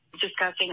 discussing